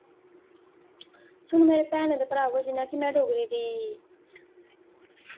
सुनो मेरे भैनो ते भ्रावो जि'यां में डोगरी दी